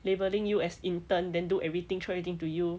labeling you as intern then do everything throw everything to you